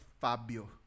Fabio